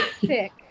sick